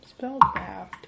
Spellcraft